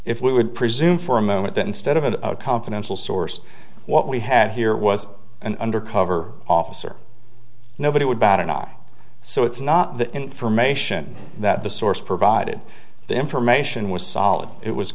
if we would presume for a moment that instead of a confidential source what we had here was an undercover officer nobody would bat an eye so it's not the information that the source provided the information was solid it was